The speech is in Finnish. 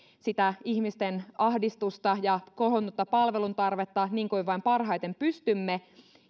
sitä ihmisten ahdistusta ja kohonnutta palveluntarvetta niin kuin vain parhaiten pystymme